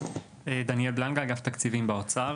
אני דניאל בלנגה, מאגף תקציבים באוצר.